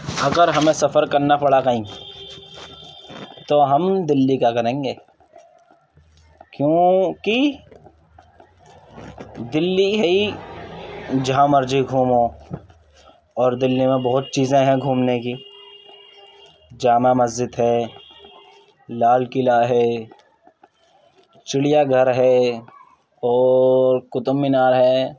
اگر ہمیں سفر کرنا پڑا کہیں تو ہم دلّی کا کریں گے کیونکہ دلّی ہے ہی جہاں مرضی گھومو اور دلّی میں بہت چیزیں ہیں گھومنے کی جامع مسجد ہے لال قلعہ ہے چڑیا گھر ہے اور قطب مینار ہے